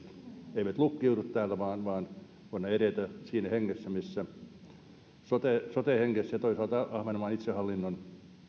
eivät lukkiudu täällä vaan vaan voimme edetä siinä hengessä sote sote hengessä ja toisaalta ahvenanmaan itsehallinnon